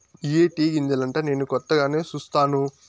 ఇయ్యే టీ గింజలంటా నేను కొత్తగానే సుస్తాను